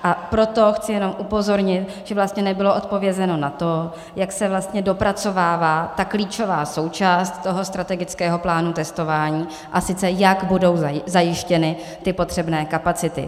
A proto chci jenom upozornit, že vlastně nebylo odpovězeno na to, jak se vlastně dopracovává ta klíčová součást toho strategického plánu testování, a sice jak budou zajištěny ty potřebné kapacity.